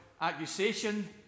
accusation